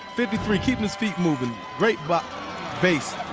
fifty three keeping his feet moving. great but base.